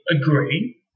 agree